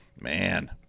Man